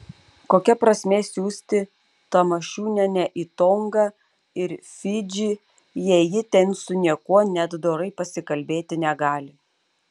kokia prasmė siųsti tamašunienę į tongą ir fidžį jei ji ten su niekuo net dorai pasikalbėti negali